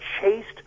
chased